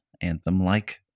Anthem-like